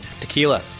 Tequila